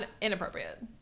Inappropriate